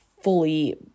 fully